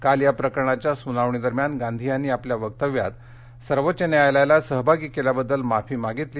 काल या प्रकरणाच्या सुनावणीदरम्यान गांधी यांनी आपल्या वक्तव्यात सर्वोच्च न्यायालयाला सहभागी केल्याबद्दल माफी मागितली